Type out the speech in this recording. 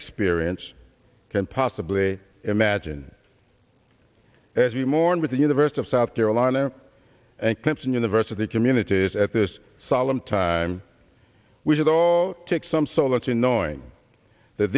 experience can possibly imagine as we mourn with the university of south carolina and clemson university communities at this solemn time we should all take some solace in knowing that